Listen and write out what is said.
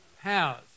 powers